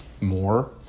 more